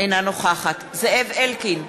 אינה נוכחת זאב אלקין,